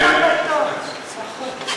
בטווח של 36 קילומטר.